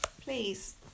please